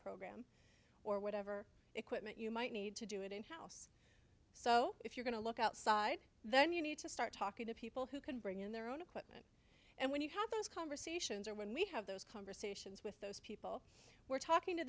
program or whatever equipment you might need to do it in house so if you're going to look outside then you need to start talking to people who can bring in their own equipment and when you have those conversations or when we have those conversations with those people we're talking to